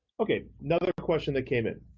okay, another question that came in.